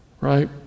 right